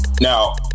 Now